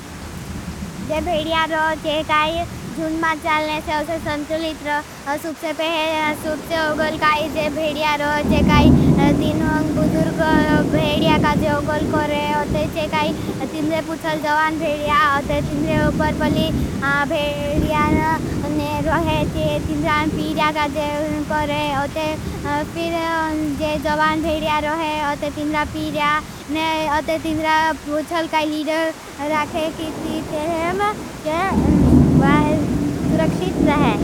जो भेडिया रो चे काई। जुन्द माच जालने से उसे संतुलित्र सुप्से पहे। सुप्से ओगल काई जे भेडिया रो चे काई तीन बुजुर भेडिया का जे ओगल करे। अते चे काई तीन रे पुछल जवान भेडिया अते तीन रे। परपली भेडिया ने रोहे चे तीन रा पीड़िया का जे करे। अते फिर जवान भेडिया रोहे। अते तीन रा पीड़िया ने अते तीन रा पुछल काई लीडर राखे किती तेहें जे सुरक्षित रहे।